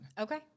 Okay